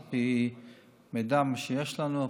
על פי מידע שיש לנו,